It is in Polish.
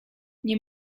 nie